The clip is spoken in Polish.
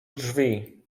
drzwi